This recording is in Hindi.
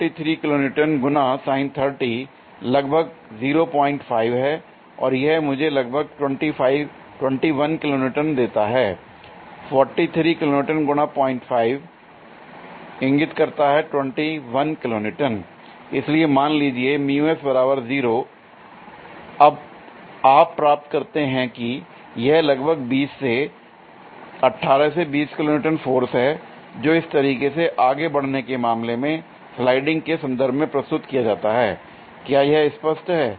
43 किलो न्यूटन गुना sin 30 लगभग 05 है और यह मुझे लगभग 21 किलो न्यूटन देता है ll इसलिए मान लीजिए अब आप प्राप्त करते हैं कि यह लगभग 20 से 18 से 20 किलो न्यूटन फोर्स है जो इस तरीके से आगे बढ़ने के मामले में स्लाइडिंग के संदर्भ में प्रस्तुत किया जाता है l क्या यह स्पष्ट है